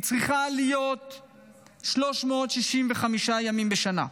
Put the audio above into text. היא צריכה להיות 365 ימים בשנה,